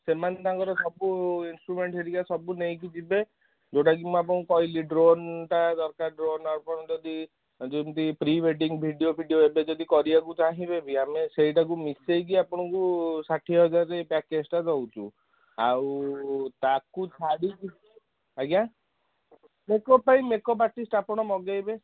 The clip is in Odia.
ସେମାନେ ତାଙ୍କର ସବୁ ଇନଷ୍ଟ୍ରୁମେଣ୍ଟ ହେରିକା ସବୁ ନେଇକି ଯିବେ ଯେଉଁଟା କି ମୁଁ ଆପଣଙ୍କୁ କହିଲି ଡ୍ରୋନ୍ଟା ଦରକାର ଡ୍ରୋନ୍ ଆପଣ ଯଦି ଯେମିତି ପ୍ରି ୱେଡ଼ିଂ ଭିଡ଼ିଓ ଫିଡ଼ିଓ ଏବେ ଯଦି କରିବାକୁ ଚାହିଁବେ ବି ଆମେ ସେଇଟାକୁ ମିଶାଇକି ଆପଣଙ୍କୁ ଷାଠିଏ ହଜାରରେ ପ୍ୟାକେଜ୍ଟା ଦେଉଛୁ ଆଉ ତାକୁ ଛାଡ଼ିକି ଆଜ୍ଞା ମେକଅପ୍ ପାଇଁ ମେକଅପ୍ ଆର୍ଟିଷ୍ଟ ଆପଣ ମଗାଇବେ